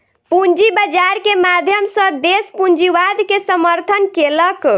पूंजी बाजार के माध्यम सॅ देस पूंजीवाद के समर्थन केलक